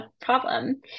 problem